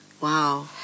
Wow